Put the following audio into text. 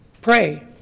pray